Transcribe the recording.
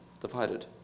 divided